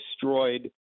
destroyed